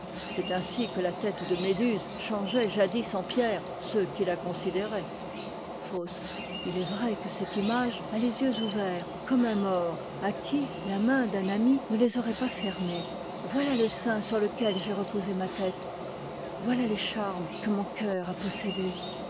c'est ainsi que la tête de méduse changeait jadis en pierre ceux a qui la considéraient faust i est vrai que cette image a les yeux ouverts comme un mort à qui la main d'un ami ne les aurait pas fermés voilà le sein sur lequel j'ai reposé ma tête voilà les charmes que mon cœur a possédés